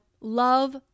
love